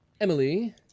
Emily